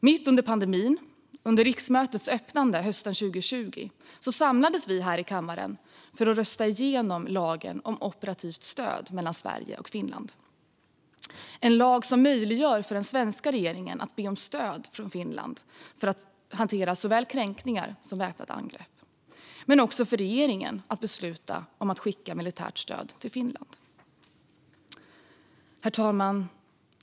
Mitt under pandemin, under riksmötets öppnande hösten 2020, samlades vi här i kammaren för att rösta igenom lagen om operativt stöd mellan Sverige och Finland. Det är en lag som möjliggör för den svenska regeringen att be om stöd från Finland för att hantera såväl kränkningar som väpnade angrepp men också för regeringen att besluta om att skicka militärt stöd till Finland. Herr talman!